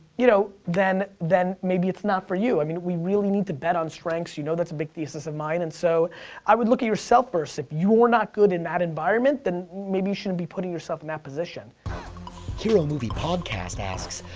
you know, then then maybe it's not for you. i mean, we really need to bet on strengths. you know that's a big thesis of mine. and so i would look at yourself first. if you're not good in that environment, then maybe you shouldn't be putting yourself in that position. heromoviepodcast asks,